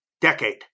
decade